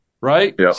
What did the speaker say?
right